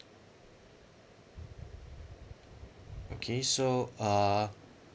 okay so uh